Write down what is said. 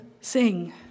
sing